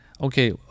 okay